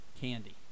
candy